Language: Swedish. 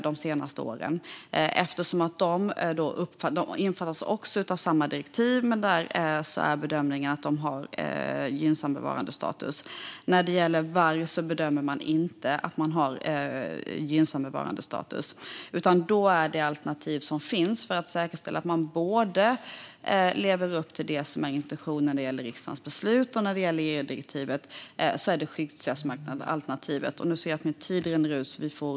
De omfattas också av samma direktiv, men där är bedömningen att de har gynnsam bevarandestatus. När det gäller varg bedömer man inte att den har gynnsam bevarandestatus. Då är det skyddsjakt som är alternativet, så att man kan säkerställa att man lever upp till intentionen i riksdagens beslut och EU-direktivet. Nu ser jag att min talartid är slut.